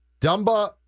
Dumba